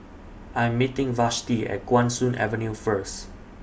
I Am meeting Vashti At Guan Soon Avenue First